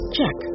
Check